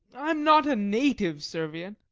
i am not a native servian.